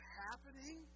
happening